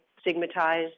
stigmatized